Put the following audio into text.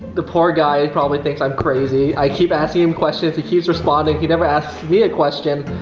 the poor guy probably thinks i'm crazy. i keep asking him questions. he keeps responding. he never asks me a question.